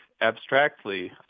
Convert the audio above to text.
abstractly